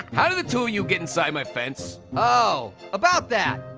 how did the two of you get inside my fence? oh, about that.